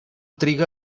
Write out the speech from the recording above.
triga